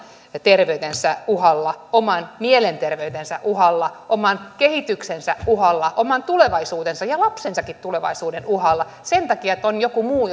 terveytensä uhalla oman mielenterveytensä uhalla oman kehityksensä uhalla oman tulevaisuutensa ja lapsensakin tulevaisuuden uhalla sen takia että on joku muu